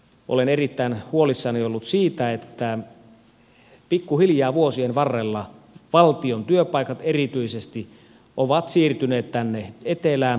olen erittäin huolissani ollut siitä että pikkuhiljaa vuosien varrella valtion työpaikat erityisesti ovat siirtyneet tänne etelään pääkaupunkiseudulle